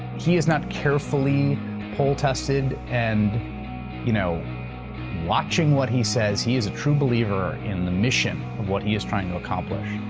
he is not carefully poll tested and you know watching what he says. he is a true believer in the mission of what he is trying to accomplish.